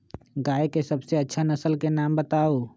गाय के सबसे अच्छा नसल के नाम बताऊ?